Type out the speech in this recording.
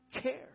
care